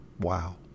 Wow